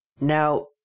now